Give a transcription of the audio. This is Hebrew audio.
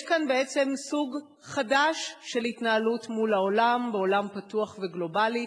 יש כאן בעצם סוג חדש של התנהלות מול העולם בעולם פתוח וגלובלי,